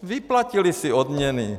Vyplatili si odměny.